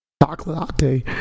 Chocolate